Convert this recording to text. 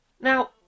Now